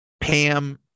Pam